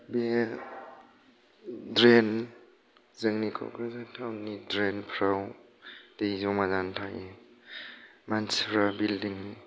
बे ड्रेन जोंनि क'क्राझार टाउननि ड्रेनफ्राव दै जमा जानानै थायो मानसिफ्रा बिलडिं